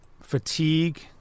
fatigue